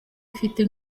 ifite